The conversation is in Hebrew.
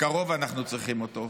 בקרוב אנחנו צריכים אותו,